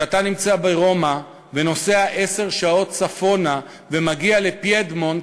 כשאתה נמצא ברומא ונוסע עשר שעות צפונה ומגיע לפידמונט,